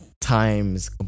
Times